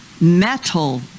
metal